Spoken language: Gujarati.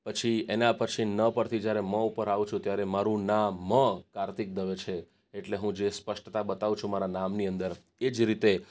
પછી એના પછી ન પરથી જ્યારે મ ઉપર આવશું ત્યારે મારું નામ કાર્તિક દવે છે એટલે હું જે સ્પષ્ટતા બતાવું છું મારા નામની અંદર એ જ રીતે